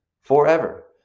forever